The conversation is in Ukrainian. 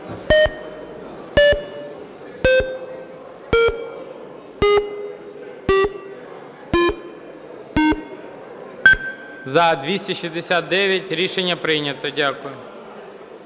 За-269 Рішення прийнято. Дякую.